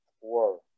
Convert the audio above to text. war